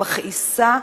מכעיסה,